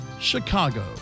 Chicago